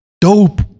dope